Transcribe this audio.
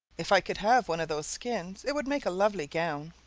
if i could have one of those skins, it would make a lovely gown.